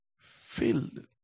filled